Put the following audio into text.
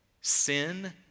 Sin